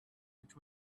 which